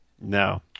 No